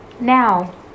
Now